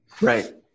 Right